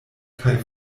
kaj